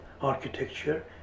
architecture